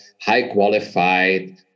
high-qualified